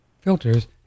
filters